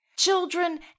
Children